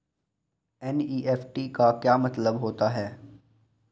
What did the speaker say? NEFT का मतलब क्या होता है?